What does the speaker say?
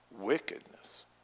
wickedness